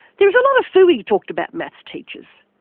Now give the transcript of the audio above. there is a lot of phooey talked about maths teachers.